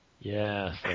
Yes